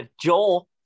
joel